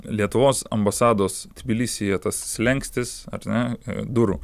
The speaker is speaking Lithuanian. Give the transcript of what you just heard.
lietuvos ambasados tbilisyje tas slenkstis ar ne durų